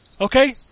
Okay